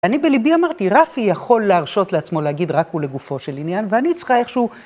אני בלבי אמרתי, רפי יכול להרשות לעצמו להגיד רק ולגופו של עניין, ואני צריכה איכשהו...